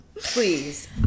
please